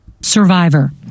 Survivor